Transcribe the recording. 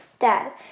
Dad